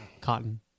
Cotton